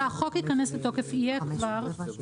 כשהחוק ייכנס לתוקף יהיה כבר פומבי.